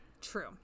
True